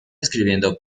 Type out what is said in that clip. escribiendo